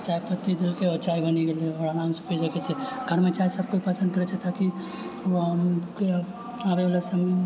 चायपत्ती दै देलकै आओर चाय बनी गेलै ओकरा आरामसँ पी सकैत छी घरमे सब केओ चाय पसन्द करैत छै ताकि आबै वला समयमे